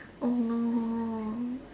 oh no